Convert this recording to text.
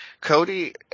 Cody